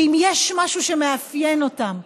שאם יש משהו שמאפיין אותם,